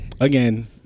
again